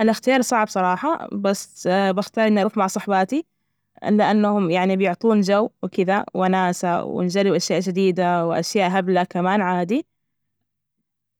الاختيار صعب صراحة، بس بختار إني أروح مع صحباتي لأنهم يعني بيعطون جو وكدا وناسة، ونجرب أشياء جديدة، وأشياء هبلة كمان عادي،